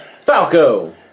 Falco